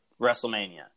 WrestleMania